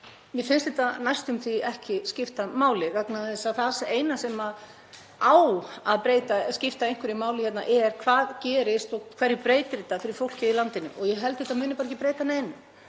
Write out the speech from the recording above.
mér finnst þetta næstum því ekki skipta máli vegna þess að það eina sem á að skipta einhverju máli hérna er hvað gerist og hverju þetta breytir fyrir fólkið í landinu. Og ég held að þetta muni bara ekki breyta neinu.